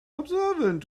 observant